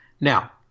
Now